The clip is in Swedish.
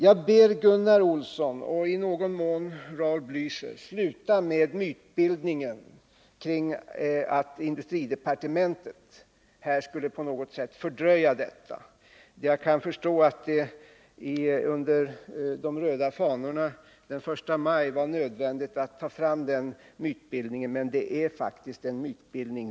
Jag ber Gunnar Olsson och i någon mån Raul Blächer: Sluta med mytbildningen kring att industridepartementet på något sätt skulle fördröja projektet. Jag kan förstå att det under de röda fanorna den 1 maj var nödvändigt att ta fram den mytbildningen — det är faktiskt fråga om en sådan.